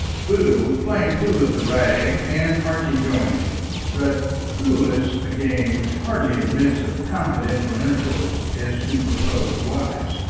boodle was playing pool at the rag, and archie joined him but pool is a game which hardly admits of confidential intercourse as to proposed wives,